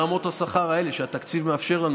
והמציאות היא שברמות השכר האלה שהתקציב מאפשר לנו